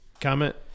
comment